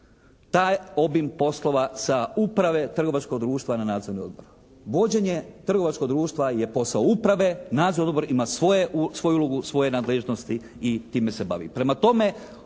taj obim poslova sa uprave, trgovačkog društva na nadzorni odbor. Vođenje trgovačkog društva je posao uprave, nadzorni odbor ima svoju ulogu, svoje nadležnosti i time se bavi.